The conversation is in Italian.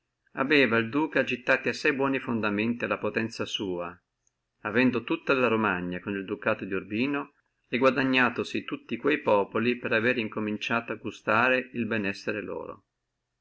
aveva il duca gittati assai buoni fondamenti alla potenzia sua avendo tutta la romagna con il ducato di urbino parendoli massime aversi acquistata amica la romagna e guadagnatosi tutti quelli popoli per avere cominciato a gustare el bene essere loro